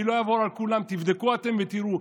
אני לא אעבור על כולם, תבדוק אתם ותראו.